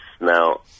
Now